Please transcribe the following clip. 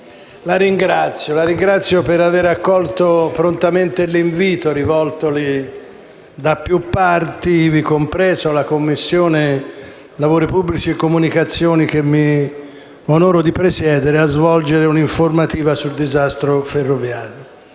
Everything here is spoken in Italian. la ringrazio per aver accolto prontamente l'invito rivoltole da più parti, ivi compresa la Commissione lavori pubblici e comunicazioni che mi onoro di presiedere, a svolgere un'informativa sul disastro ferroviario.